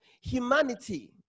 humanity